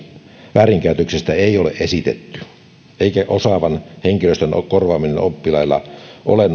väärinkäytöksestä ei ole esitetty eikä osaavan henkilöstön korvaaminen oppilailla ole